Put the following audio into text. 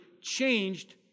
changed